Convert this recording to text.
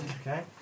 Okay